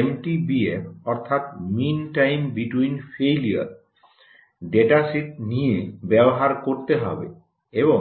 MTBF অর্থাৎ mean time between failure datasheet থেকে নিয়ে ব্যবহার করতে হবে এবং